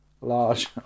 Large